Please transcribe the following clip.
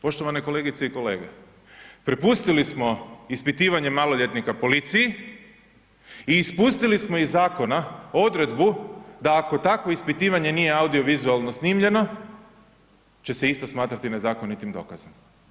Poštovane kolegice i kolege, prepustili smo ispitivanje maloljetnika policiji i ispustili smo iz zakona odredbu da ako takvo ispitivanje nije audio-vizualno snimljeno će se isto smatrati nezakonitim dokazom.